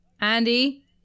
Andy